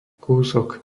kúsok